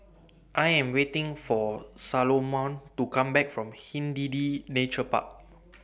I Am waiting For Salomon to Come Back from Hindhede Nature Park